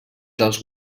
dels